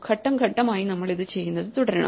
ഘട്ടം ഘട്ടമായി നമ്മൾ ഇത് ചെയ്യുന്നത് തുടരണം